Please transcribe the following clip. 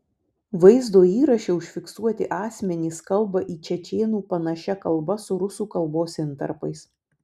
vaizdo įraše užfiksuoti asmenys kalba į čečėnų panašia kalba su rusų kalbos intarpais